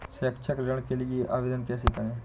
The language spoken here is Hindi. शैक्षिक ऋण के लिए आवेदन कैसे करें?